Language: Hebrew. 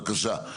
בבקשה.